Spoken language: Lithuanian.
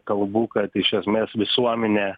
kalbų kad iš esmės visuomenė